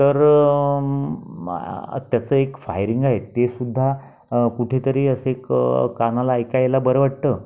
तर त्याचं एक फायरिंग आहे ते सुद्धा कुठेतरी असे कानाला ऐकायला बरं वाटतं